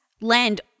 land